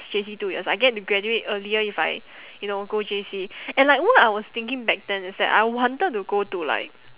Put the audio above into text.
J_C two years I get to graduate earlier if I you know go J_C and like what I was thinking back then is that I wanted to go to like